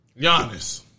Giannis